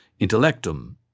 intellectum